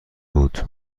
بود